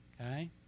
Okay